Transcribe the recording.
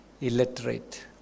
illiterate